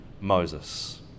moses